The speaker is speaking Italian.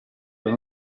per